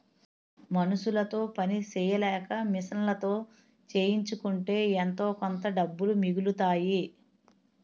మనుసులతో పని సెయ్యలేక మిషన్లతో చేయించుకుంటే ఎంతోకొంత డబ్బులు మిగులుతాయి